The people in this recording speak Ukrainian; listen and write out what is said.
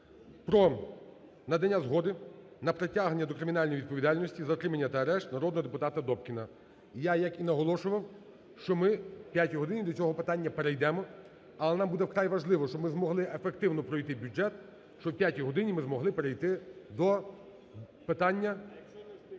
про надання згоди на притягнення до кримінальної відповідальності, затримання та арешт народного депутата Добкіна. Я, як і наголошував, що ми о 5-й годині до цього питання перейдемо. Але нам буде вкрай важливо, щоб ми змогли ефективно пройти бюджет, щоб о 5-й годині ми змогли перейти до питання…